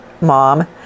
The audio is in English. mom